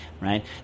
right